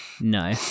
No